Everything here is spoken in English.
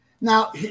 Now